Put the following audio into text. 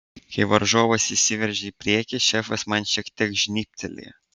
kai varžovas įsiveržė į priekį šefas man šiek tiek žnybtelėjo